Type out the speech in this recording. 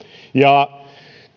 ja sairauskuluihin